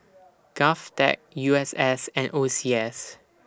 Govtech U S S and O C S